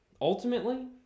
ultimately